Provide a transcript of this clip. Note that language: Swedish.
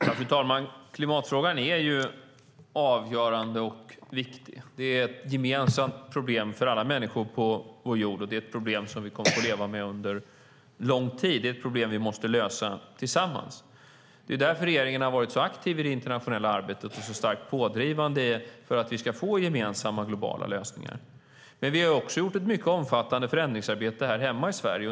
Fru talman! Klimatfrågan är avgörande och viktig. Det är ett gemensamt problem för alla människor på vår jord, och det är ett problem som vi kommer att få leva med under lång tid. Det är ett problem vi måste lösa tillsammans, och det är därför regeringen har varit så aktiv och så starkt pådrivande i det internationella arbetet för att vi ska få gemensamma och globala lösningar. Men vi har också gjort ett mycket omfattande förändringsarbete här hemma i Sverige.